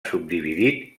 subdividit